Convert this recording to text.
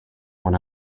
when